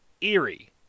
eerie